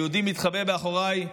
היהודי מתחבא מאחוריי,